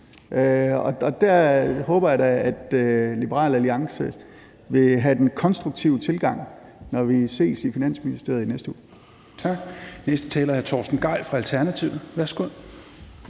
Der håber jeg da, at Liberal Alliance vil have en konstruktiv tilgang, når vi ses i Finansministeriet i næste uge.